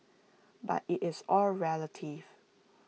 but IT is all relative